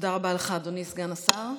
תודה רבה לך, אדוני סגן השר.